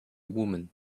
woman